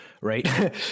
right